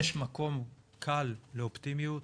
יש מקום קל לאופטימיות,